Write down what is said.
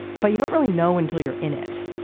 but you don't really know until you're in it.